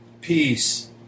peace